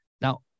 Now